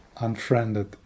unfriended